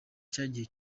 cyagiye